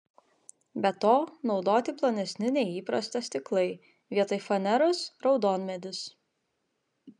be to naudoti plonesni nei įprasta stiklai vietoj faneros raudonmedis